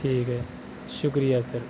ٹھیک ہے شکریہ سر